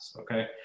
okay